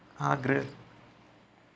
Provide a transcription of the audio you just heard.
आगृ